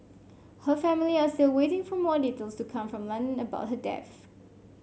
her family are still waiting for more details to come from London about her death